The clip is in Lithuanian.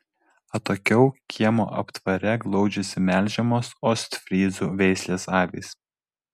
atokiau kiemo aptvare glaudžiasi melžiamos ostfryzų veislės avys